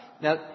Now